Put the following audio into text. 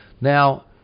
Now